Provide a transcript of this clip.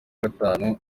gatanu